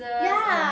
ya